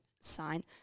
sign